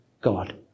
God